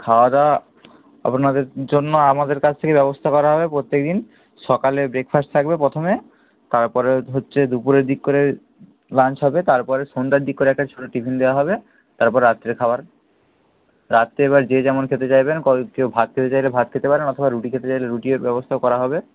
খাওয়া দাওয়া আপনাদের জন্য আমাদের কাছ থেকেই ব্যবস্থা করা হবে প্রত্যেক দিন সকালে ব্রেকফাস্ট থাকবে প্রথমে তারপরে হচ্ছে দুপুরের দিক করে লাঞ্চ হবে তারপরে সন্ধ্যার দিক করে একটা ছোটো টিফিন দেওয়া হবে তারপর রাত্রের খাবার রাত্রে এবার যে যেমন খেতে চাইবেন কেউ ভাত খেতে চাইলে ভাত খেতে পারেন অথবা রুটি খেতে চাইলে রুটির ব্যবস্থাও করা হবে